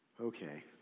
Okay